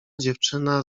dziewczyna